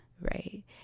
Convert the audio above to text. right